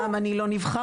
אמנם אני לא נבחרתי,